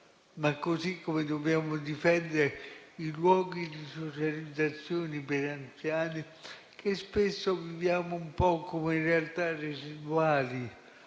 modo, però, dobbiamo difendere i luoghi di socializzazione per anziani, che spesso viviamo come realtà residuali,